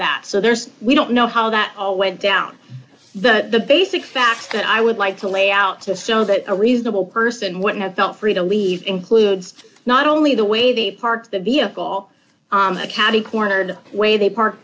that so there's we don't know how that all went down but the basic facts that i would like to lay out to show that a reasonable person would have felt free to leave includes not only the way the park the vehicle catty corner the way they park